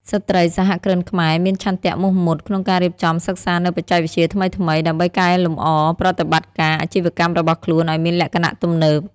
ស្ត្រីសហគ្រិនខ្មែរមានឆន្ទៈមោះមុតក្នុងការរៀបចំសិក្សានូវបច្ចេកវិទ្យាថ្មីៗ ដើម្បីកែលម្អប្រតិបត្តិការអាជីវកម្មរបស់ខ្លួនឱ្យមានលក្ខណៈទំនើប។